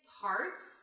parts